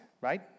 right